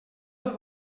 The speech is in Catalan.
del